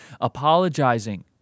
apologizing